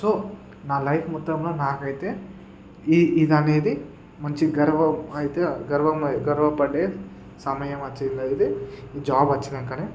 so నా life మొత్తంలో నాకైతే ఈ ఇదనేది మంచి గర్వము అయితే గర్వము గర్వపడే సమయమొచ్చింది ఇది జాబ్ వచ్చినంకనే